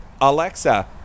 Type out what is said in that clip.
Alexa